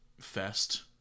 fest